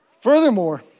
Furthermore